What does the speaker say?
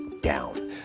down